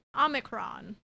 Omicron